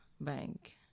bank